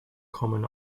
common